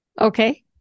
okay